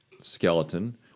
skeleton